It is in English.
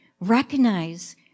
Recognize